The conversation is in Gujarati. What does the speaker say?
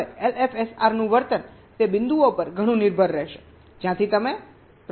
હવે એલએફએસઆરનું વર્તન તે બિંદુઓ પર ઘણું નિર્ભર રહેશે જ્યાંથી તમે પ્રતિસાદ કનેક્શન લઈ રહ્યા છો